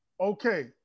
Okay